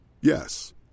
Yes